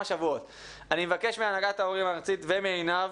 אני מבקש מהנהגת ההורים הארצית ומעינב